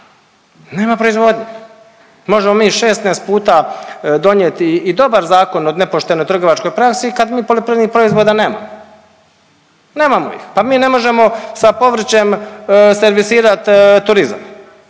Nema proizvodnje. Možemo mi 16 puta donijeti i dobar Zakon o nepoštenoj trgovačkoj praksi kad mi poljoprivrednih proizvoda nemamo, nemamo ih, pa mi ne možemo sa povrćem servisirat turizam,